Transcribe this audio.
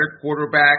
quarterback